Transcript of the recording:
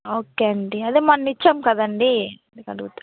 okay అండి అదే మొన్నిచ్చాము కదండీ అందుకడుగుతున్నాను